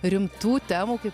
rimtų temų kaip